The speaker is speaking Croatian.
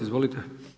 Izvolite.